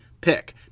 pick